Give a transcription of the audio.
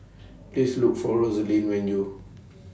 Please Look For Rosalie when YOU